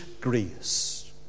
grace